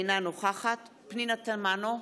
אינה נוכחת פנינה תמנו,